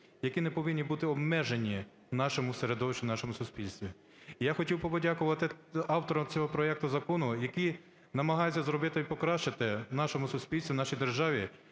які не повинні бути обмежені в нашому середовище, в нашому суспільстві. І я хотів подякувати авторам цього проекту закону, які намагаються зробити і покращити в нашому суспільстві, в нашій державі